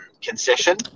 concession